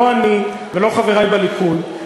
לא אני ולא חברי בליכוד,